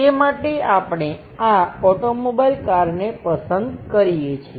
તે માટે આપણે આ ઓટોમોબાઈલ કારને પસંદ કરીએ છીએ